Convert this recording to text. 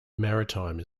maritime